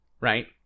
right